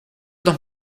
dos